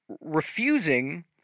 refusing